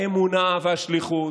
האמונה והשליחות.